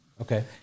Okay